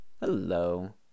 Hello